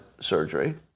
surgery